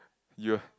you're